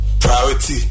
priority